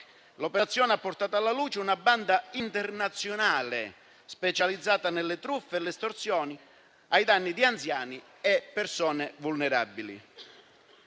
L'operazione ha portato alla luce una banda internazionale specializzata in truffe ed estorsioni ai danni di anziani e persone vulnerabili.